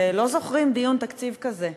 שהם לא זוכרים דיון תקציב כזה,